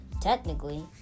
technically